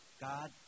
God